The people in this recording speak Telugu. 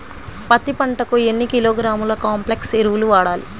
పత్తి పంటకు ఎన్ని కిలోగ్రాముల కాంప్లెక్స్ ఎరువులు వాడాలి?